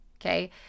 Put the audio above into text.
okay